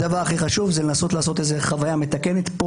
הדבר הכי חשוב זה לנסות לעשות חוויה מתקנת פה,